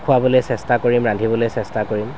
খোৱাবলৈ চেষ্টা কৰিম ৰান্ধিবলৈ চেষ্টা কৰিম